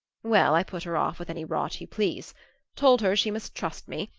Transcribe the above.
well, i put her off with any rot you please told her she must trust me,